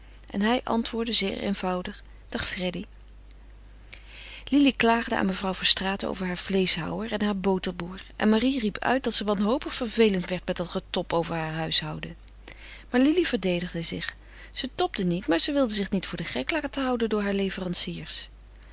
en hij antwoordde zeer eenvoudig dag freddy lili klaagde aan mevrouw verstraeten over haar vleeschhouwer en haar boterboer en marie riep uit dat ze wanhopig vervelend werd met dat getob over haar huishouden maar lili verdedigde zich ze tobde niet maar ze wilde zich niet voor den gek laten houden door hare leveranciers